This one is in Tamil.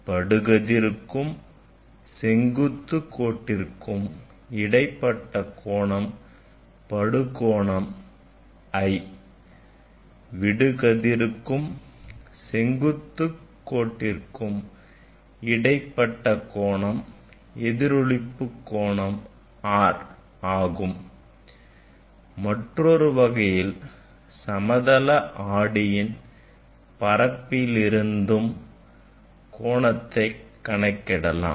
படுகதிருக்கும் செங்குத்து கோட்டிற்கும் இடைப்பட்ட கோணம் படுகோணம் i விடுகதிருக்கும் செங்குத்து கோட்டிற்கும் இடைப்பட்ட கோணம் எதிரொளிப்பு கோணம் r ஆகும் மற்றொரு வகையில் சமதள ஆடியின் பரப்பிலிருந்தும் கோணத்தை கணக்கிடலாம்